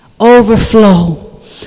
Overflow